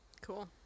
Cool